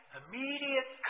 immediate